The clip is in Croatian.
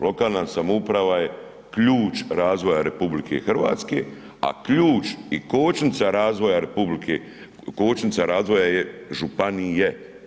Lokalna samouprava je ključ razvoja RH, a ključ i kočnica razvoja RH, kočnica razvoja je županije.